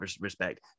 respect